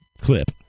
clip